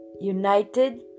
united